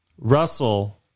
Russell